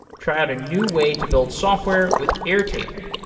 try out a new way to build software with airtable.